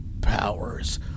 powers